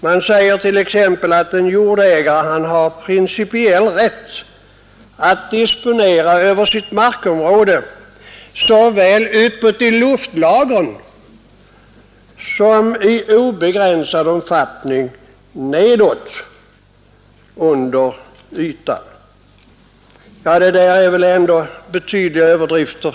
Det sägs t.ex. att en jordägare har principiell rätt att disponera över sitt markområde såväl uppåt i luftlagren som i obegränsad omfattning nedåt under markytan. Detta är väl ändå klara överdrifter.